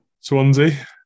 Swansea